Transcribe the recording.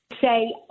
say